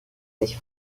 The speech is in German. sich